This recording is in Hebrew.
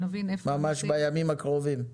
ממש בימים הקרובים.